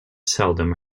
seldom